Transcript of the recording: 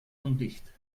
undicht